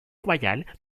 royal